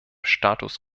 status